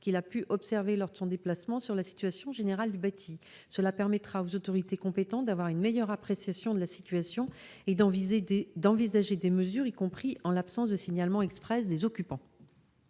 qu'il a pu observer lors de son déplacement sur le bâti en général. Cela permettra aux autorités compétentes de mieux apprécier la situation et d'envisager des mesures, y compris en l'absence de signalement exprès des occupants.